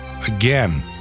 again